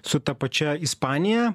su ta pačia ispanija